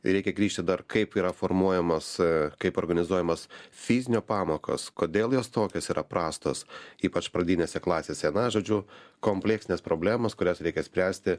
reikia grįžti dar kaip yra formuojamas kaip organizuojamas fizinio pamokos kodėl jos tokios yra prastos ypač pradinėse klasėse na žodžiu kompleksinės problemos kurias reikia spręsti